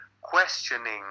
questioning